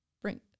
bring